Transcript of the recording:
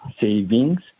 savings